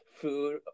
food